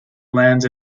lands